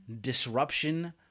disruption